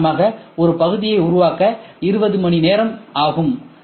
உதாரணமாக ஒரு பகுதியை உருவாக்க 20 மணிநேரம் ஆகும்